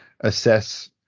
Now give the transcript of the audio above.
assess